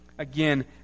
Again